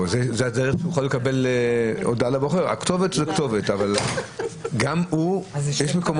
זה רק כתובת מגורים או שזה גם מוסדות